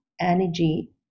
energy